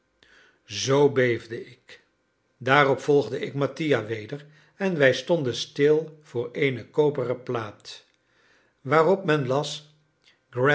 zoo beefde ik daarop volgde ik mattia weder en wij stonden stil voor eene koperen plaat waarop men las